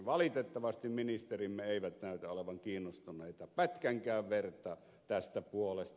valitettavasti ministerimme eivät näytä olevan kiinnostuneita pätkänkään vertaa tästä puolesta